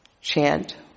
Chant